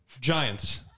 Giants